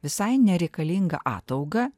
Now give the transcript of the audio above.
visai nereikalingą ataugą